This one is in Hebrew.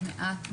מעט מאוד.